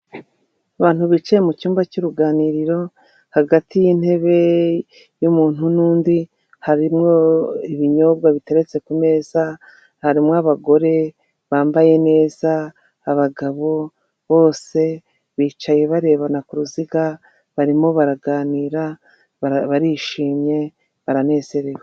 Abantu bicaye mu cyumba cy'uruganiriro hagati y'intebe y'umuntu n'undi harimo ibinyobwa biteretse ku meza, harimo abagore bambaye neza abagabo bose bicaye barebana ku ruziga barimo baraganira barishimye baranezerewe.